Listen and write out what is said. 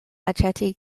aĉeti